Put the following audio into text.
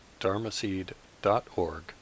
dharmaseed.org